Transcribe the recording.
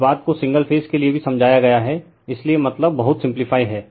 इस बात को सिंगल फेज के लिए भी समझाया गया है इसलिए मतलब बहुत सिम्प्लीफाई है